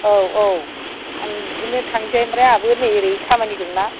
औ औ आं बिदिनो थांनोसै ओमफ्राय आंहाबो नै एरै खामानि दंना